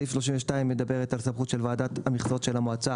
סעיף 32 מדבר על סמכות של ועדת המכסות של המועצה